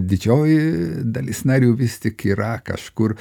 didžioji dalis narių vis tik yra kažkur